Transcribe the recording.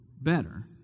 better